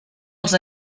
els